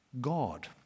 God